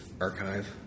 archive